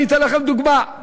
אני אתן לכם דוגמה,